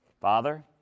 Father